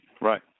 right